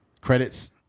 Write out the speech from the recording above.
credits